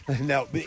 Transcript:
No